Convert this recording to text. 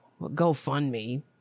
GoFundMe